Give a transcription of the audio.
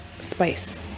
spice